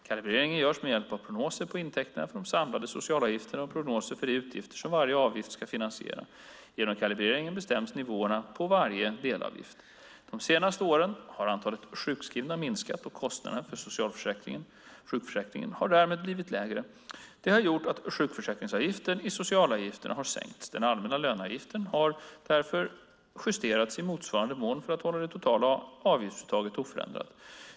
Kalibreringen görs med hjälp av prognoser på intäkterna från de samlade socialavgifterna och prognoser på de utgifter som varje avgift ska finansiera. Genom kalibreringen bestäms nivåerna på varje delavgift. De senaste åren har antalet sjukskrivna minskat, och kostnaderna för sjukförsäkringen har därmed blivit lägre. Det har gjort att sjukförsäkringsavgiften i socialavgifterna har sänkts. Den allmänna löneavgiften har därför justerats i motsvarande mån för att hålla det totala avgiftsuttaget oförändrat.